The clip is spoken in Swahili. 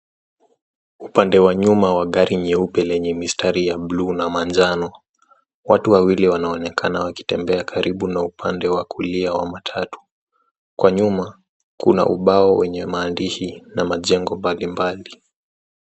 Upande wa nyuma wa gari nyeupe lenye mistari ya bluu na manjano. Watu wawili wanaonekana wakitembea karibu na upande wa kulia wa matatu. Kwa nyuma kuna ubao wenye maandishi na majengo mbali mbali.